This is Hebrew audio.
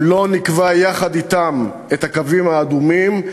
אם לא נקבע יחד אתם את הקווים האדומים,